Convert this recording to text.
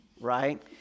right